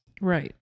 right